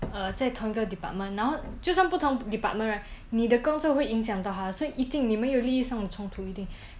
err 在同一个 department 然后就算不同 department right 你的工作会影响到他所以一定你们有利益上的冲突一定